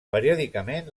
periòdicament